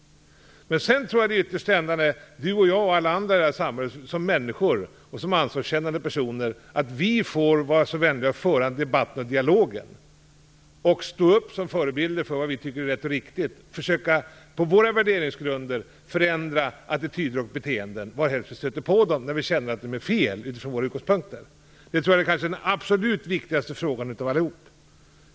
Men sedan tror jag att det ytterst är Juan Fonseca och jag, och alla andra i det här samhället, som människor och som ansvarskännande personer, som får vara så vänliga att föra debatten och dialogen, stå upp som förebilder för vad vi tycker är rätt och riktigt och försöka, på våra värderingsgrunder, förändra attityder och beteenden varhelst vi stöter på dem, när vi känner att de är fel utifrån våra utgångspunkter. Det tror jag är den kanske absolut viktigaste frågan av allihop.